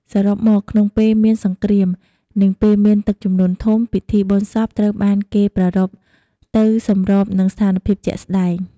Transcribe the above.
សរុបមក ក្នុងពេលមានសង្គ្រាម និងពេលមានទឹកជំនន់ធំ ពិធីបុណ្យសពត្រូវបានគេប្រារព្ឋទៅសម្របនឹងស្ថានភាពជាក់ស្តែង។